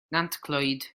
nantclwyd